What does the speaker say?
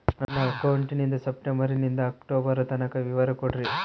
ನನ್ನ ಅಕೌಂಟಿನ ಸೆಪ್ಟೆಂಬರನಿಂದ ಅಕ್ಟೋಬರ್ ತನಕ ವಿವರ ಕೊಡ್ರಿ?